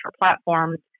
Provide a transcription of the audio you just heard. platforms